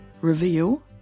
reveal